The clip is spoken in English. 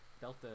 Delta